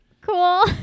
cool